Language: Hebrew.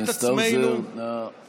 נמצא את עצמנו, חבר הכנסת האוזר, נא לסיים.